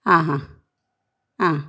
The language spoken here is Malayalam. ഹാ ഹാ ആ